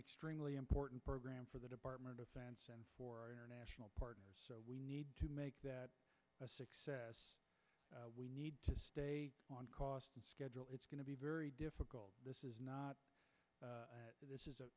extremely important program for the department of defense and for international partners we need to make that a success we need to stay on cost and schedule it's going to be very difficult this is not this is